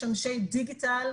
יש אנשי דיגיטל,